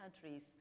countries